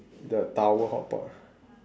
the tower hotpot